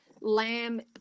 lamb